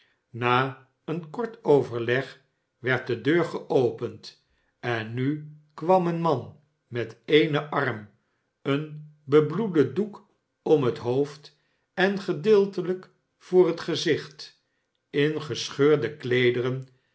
na een kort overleg werd de deur geopend en nu kwam een man met denen arm een bebloeden doek om het hoofd en gedeeltelijk voor het gezicht in gescheurde